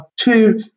two